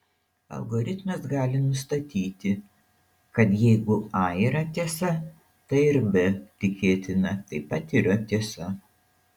algoritmas gali nustatyti kad jeigu a yra tiesa tai ir b tikėtina taip pat yra tiesa